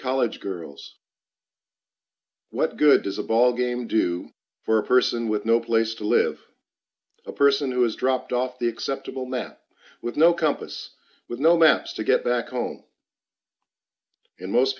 college girls what good does a ballgame do for a person with no place to live a person who has dropped off the acceptable net with no compass with no mess to get back home in most